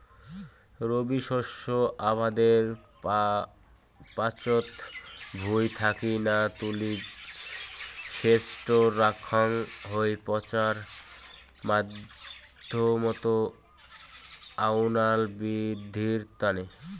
রবি শস্য আবাদের পাচত ভুঁই থাকি না তুলি সেজটো রাখাং হই পচার মাধ্যমত আউয়াল বিদ্ধির তানে